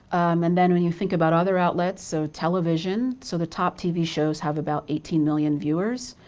and then when you think about other outlets, so television. so the top tv shows have about eighteen million viewers,